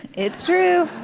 it's true.